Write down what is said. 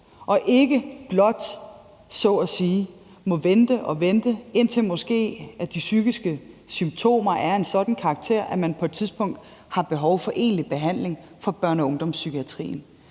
så at sige må vente og vente, indtil de psykiske symptomer måske er af en sådan karakter, at man på et tidspunkt har behov for egentlig behandling fra børne- og ungdomspsykiatrien.